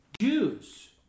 Jews